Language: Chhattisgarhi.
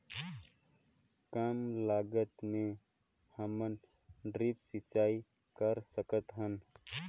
कम लागत मे हमन ड्रिप सिंचाई कर सकत हन?